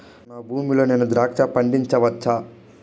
నా భూమి లో నేను ద్రాక్ష పండించవచ్చా?